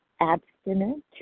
abstinent